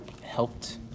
helped